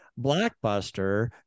Blockbuster